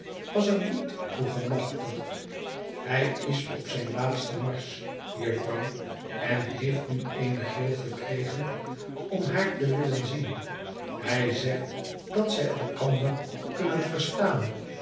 was er niet toe gemachtigd hij is op zijn laatsten marsch jufvrouw en heeft nu eene gril gekregen om haar te willen zien hij zegt dat zij elkander kunnen verstaan